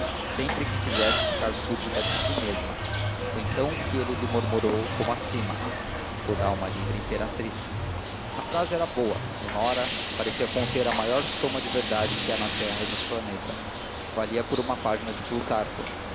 sempre que quisesse ficar súbdita de si mesma foi então que ele lhe murmurou como acima toda alma livre é imperatriz a frase era boa sonora parecia conter a maior soma de verdade que há na terra e nos planetas valia por uma página de plutarco